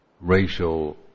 racial